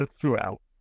throughout